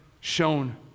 shown